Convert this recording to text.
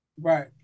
right